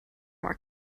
market